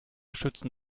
schützen